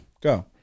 Go